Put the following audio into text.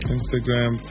Instagram